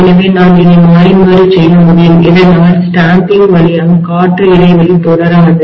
எனவே நான் இதை மாறி மாறி செய்ய முடியும் இதனால் ஸ்டாம்பிங் முத்திரைகள் வழியாக காற்று இடைவெளி தொடராது